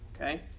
okay